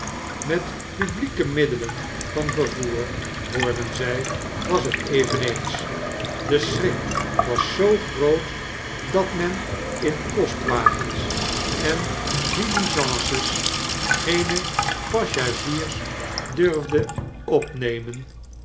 met publieke middelen van vervoer hoorden zij was het eveneens be schrik was zoo groot dat men in postwagens en diligences barnaby rudge geene passagiers durfde opnemen